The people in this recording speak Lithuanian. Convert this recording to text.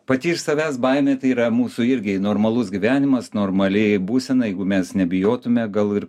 pati iš savęs baimė tai yra mūsų irgi normalus gyvenimas normali būsena jeigu mes nebijotume gal ir